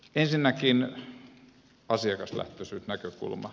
ensinnäkin asiakaslähtöisyysnäkökulma